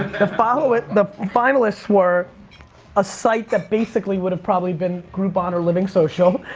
the finalists the finalists were a site that basically would've probably been groupon or living social,